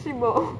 shimo